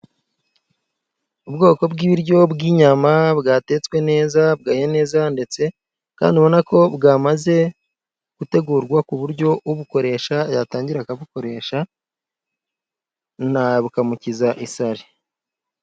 Ubwoko bw'ibiryo bw'inyama bwatetswe, neza bwahiye neza ndetse kandi ubona ko bwamaze gutegurwa ku buryo ubukoresha yatangira akabukoresha , bukamukiza isari.